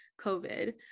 COVID